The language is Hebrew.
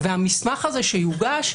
והמסמך הזה שיוגש,